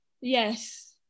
Yes